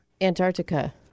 Antarctica